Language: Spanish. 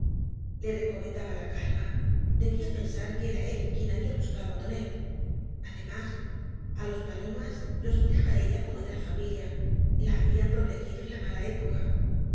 le recomendaba la calma debía pensar que era él quien había bugcado á tonet además á los palomas lob miraba ella como de la familia la habían protegido en la mala época